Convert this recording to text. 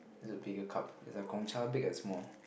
there's a bigger cup is like Gong-Cha big and small